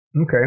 okay